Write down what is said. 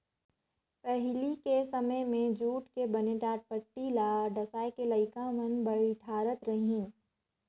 पहिली के समें मे जूट के बने टाटपटटी ल डसाए के लइका मन बइठारत रहिन